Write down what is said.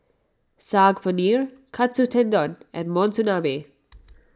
Saag Paneer Katsu Tendon and Monsunabe